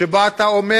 שבה אתה אומר: